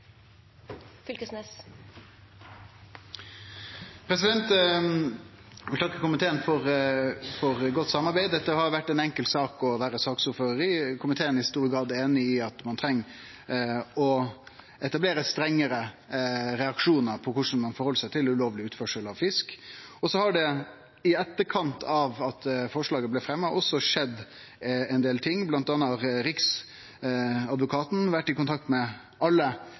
Eg vil takke komiteen for godt samarbeid. Dette har vore ei enkel sak å vere ordførar for. Komiteen er i stor grad einig i at ein treng å etablere strengare reaksjonar på ulovleg utførsel av fisk. Så har det i etterkant av at forslaget blei fremma, også skjedd ein del ting. Blant anna har Riksadvokaten vore i kontakt med alle